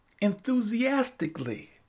enthusiastically